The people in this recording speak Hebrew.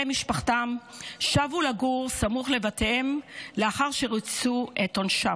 משפחתם שבו לגור סמוך לבתיהם לאחר שריצו את עונשם.